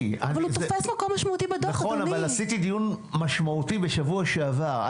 נכון, אבל עשיתי דיון משמעותי בשבוע שעבר.